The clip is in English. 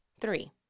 Three